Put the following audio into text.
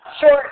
short